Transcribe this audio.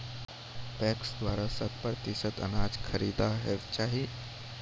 PACS द्वारा शत प्रतिसत अनाज खरीद हेवाक चाही?